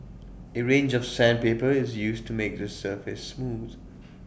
A range of sandpaper is used to make the surface smooth